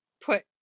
put